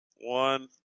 One